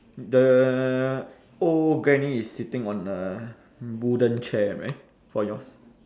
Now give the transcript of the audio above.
the old granny is sitting on a wooden chair right for yours